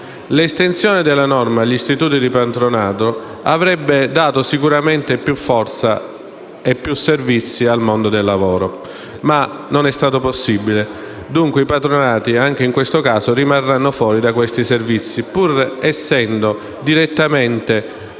L’estensione della norma agli istituti di patronato avrebbe sicuramente dato più forza e più servizi al mondo del lavoro, ma non è stata possibile; dunque i patronati anche in questo caso rimarranno fuori da questi servizi, pur essendo in molti casi